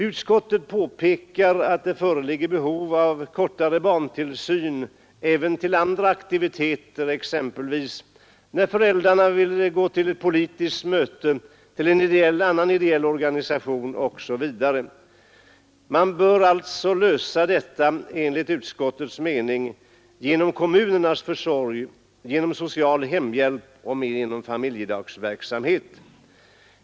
Utskottet påpekar att det föreligger behov av kortare barntillsyn även i samband med andra aktiviteter, exempelvis när föräldrarna vill gå till ett politiskt möte, till en annan ideell organisation osv. Enligt utskottets mening bör denna fråga lösas genom kommunernas försorg, genom social hemhjälp och genom familjedaghemsverksamhet.